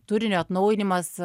turinio atnaujinimas